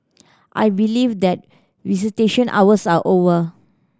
I believe that visitation hours are over